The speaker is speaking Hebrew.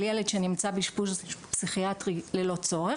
על ילד שנמצא באשפוז פסיכיאטרי ללא צורך,